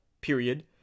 period